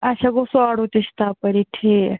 آچھا گوٚو سُہ آڈوٗ تہِ چھُ تَپٲری ٹھیٖکھ